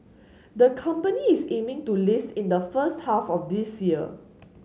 the company is aiming to list in the first half of this year